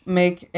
make